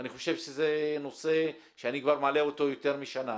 אני חושב שזה נושא שאני כבר מעלה אותו יותר משנה.